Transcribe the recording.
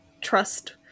trust